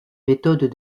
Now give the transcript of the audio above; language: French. méthodes